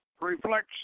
reflects